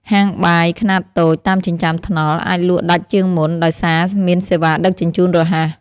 ហាងបាយខ្នាតតូចតាមចិញ្ចើមថ្នល់ អាចលក់ដាច់ជាងមុន ដោយសារមានសេវាដឹកជញ្ជូនរហ័ស។